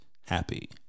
happy